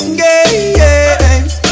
games